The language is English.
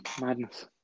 madness